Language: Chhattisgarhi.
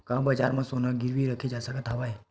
का बजार म सोना गिरवी रखे जा सकत हवय?